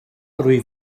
rwyf